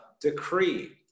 decree